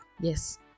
Yes